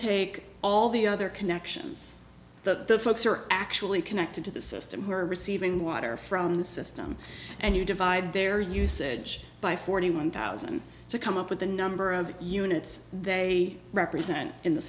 take all the other connections the folks are actually connected to the system who are receiving water from the system and you divide their usage by forty one thousand to come up with the number of units they represent in the